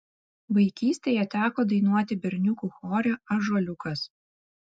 vaikystėje teko dainuoti berniukų chore ąžuoliukas